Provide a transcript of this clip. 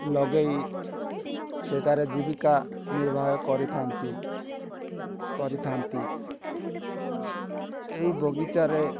ଲଗେଇ ସେ ତା'ର ଜୀବିକା ନିର୍ବାହ କରିଥା'ନ୍ତି କରିଥା'ନ୍ତି ଏଇ ବଗିଚାରେ